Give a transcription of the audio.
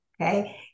Okay